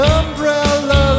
umbrella